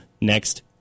next